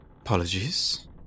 Apologies